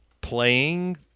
playing –